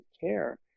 care